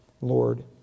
Lord